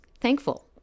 thankful